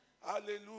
Hallelujah